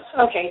Okay